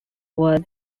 was